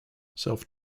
self